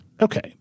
Okay